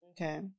Okay